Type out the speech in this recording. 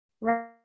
Right